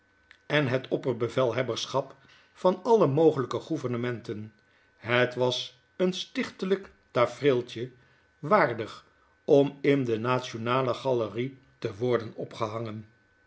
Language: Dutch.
en het opperbevelhebberschap van alle mogelyke gouvernementen het was een stichtelyk tafereeltje waardig om in de national gallerie te worden opgehangen